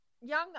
young